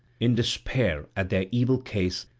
in despair at their evil case,